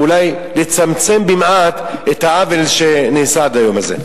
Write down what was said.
אולי לצמצם במעט את העוול שנעשה עד היום הזה.